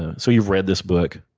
and so you've read this book.